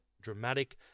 dramatic